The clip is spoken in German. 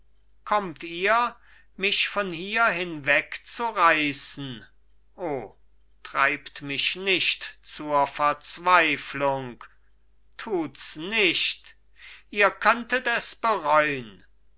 kommt ihr mich von hier hinweg zu reißen o treibt mich nicht zur verzweiflung tuts nicht ihr könntet es bereun